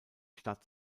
stadt